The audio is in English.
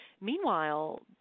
Meanwhile